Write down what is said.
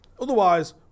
otherwise